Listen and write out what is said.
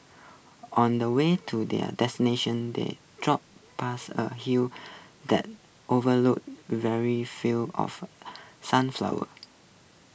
on the way to their destination they drove past A hill that overlooked very fields of sunflowers